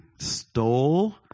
stole